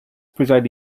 preside